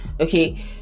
okay